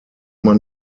man